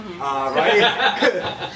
Right